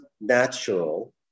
natural